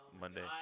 Monday